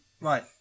right